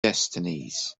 destinies